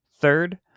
Third